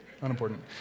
unimportant